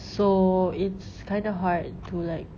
so it's kinda hard to like